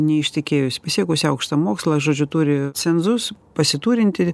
neištekėjus pasiekusi aukštą mokslą žodžiu turi cenzus pasiturinti